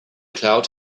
cloud